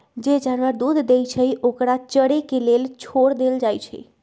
जे जानवर दूध देई छई ओकरा चरे के लेल छोर देल जाई छई